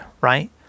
right